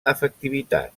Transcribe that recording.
efectivitat